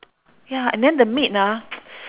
ya and then the meat ah